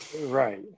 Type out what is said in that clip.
Right